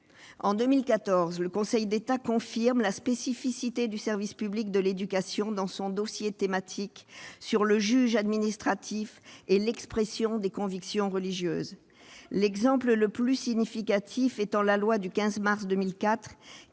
En 2014, le Conseil d'État a confirmé la spécificité du service public de l'éducation dans son dossier thématique sur le juge administratif et l'expression des convictions religieuses, l'exemple le plus significatif étant celui de la loi du 15 mars 2004